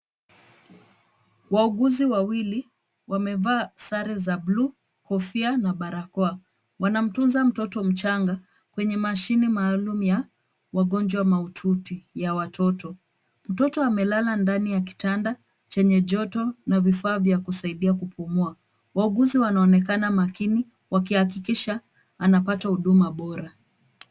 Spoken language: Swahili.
Wauguzi wawili wamevaa sare za buluu, kofia na barakoa. Wanamtunza mtoto mchanga kwenye mashine maalum ya wagonjwa mahututi ya watoto. Mtoto amelala ndani ya kitanda chenye joto na vifaa vya kusaidia kupumua. Wauguzi wanaonekana makini wakihakikisha anapata huduma bora.